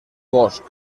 bosc